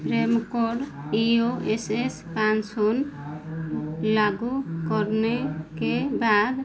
ma'am call E O S S पाँच शून्य लागू करने के बाद